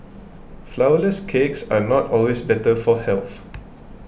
Flourless Cakes are not always better for health